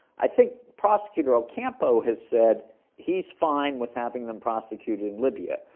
i think prosecutor ocampo has said he's fine with having them prosecuted in libya.